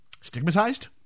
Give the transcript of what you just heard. stigmatized